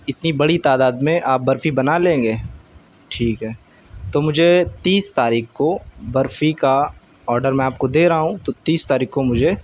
اتنی بڑی تعداد میں آپ برفی بنالیں گے ٹھیک ہے تو مجھے تیس تاریخ کو برفی کا آڈر میں آپ کو دے رہا ہوں تو تیس تاریخ کو مجھے